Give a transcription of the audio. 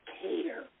care